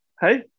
Hey